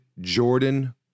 Jordan